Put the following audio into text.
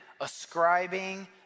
ascribing